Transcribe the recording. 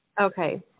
Okay